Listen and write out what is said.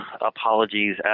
apologies